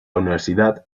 universidad